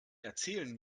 erzählen